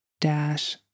dash